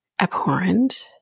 abhorrent